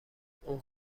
اوه